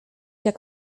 jak